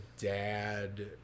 dad